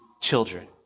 children